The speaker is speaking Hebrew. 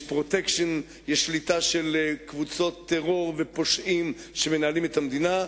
יש "פרוטקשן"; יש שליטה של קבוצות טרור ופושעים שמנהלים את המדינה,